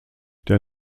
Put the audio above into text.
der